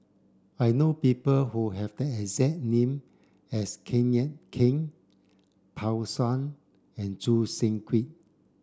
I know people who have the exact name as Kenneth Keng Pan Shou and Choo Seng Quee